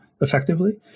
effectively